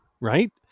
right